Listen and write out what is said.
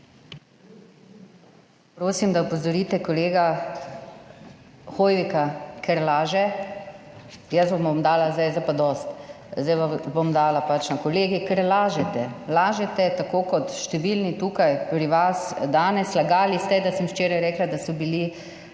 Prosim, da opozorite kolega Hoivika, ker laže. Jaz vam bom dala, zdaj pa dosti, zdaj bom dala pač na Kolegij, ker lažete. Lažete, tako kot številni tukaj pri vas danes. Lagali ste, da sem včeraj rekla, da so bili